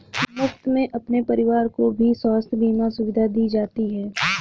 मुफ्त में उनके परिवार को भी स्वास्थ्य बीमा सुविधा दी जाती है